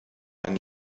mein